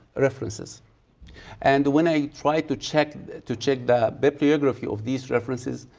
references and when i tried to check to check the bibliography of these references,